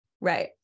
Right